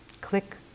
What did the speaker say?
click